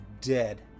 dead